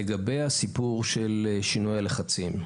לגבי הסיפור של שינוי הלחצים: